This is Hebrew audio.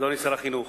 אדוני שר החינוך,